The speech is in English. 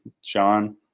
Sean